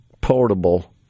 portable